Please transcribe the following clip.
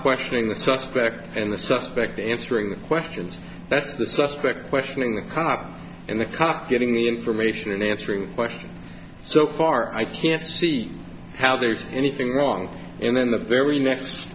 questioning the suspect and the suspect answering the questions that's the suspect questioning the cop and the cock getting the information and answering questions so far i can't see how there's anything wrong and then the very next